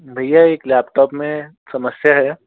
भइया एक लैपटॉप में समस्या है